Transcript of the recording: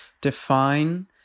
define